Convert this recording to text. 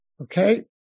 okay